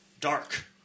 Dark